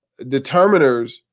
determiners